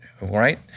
right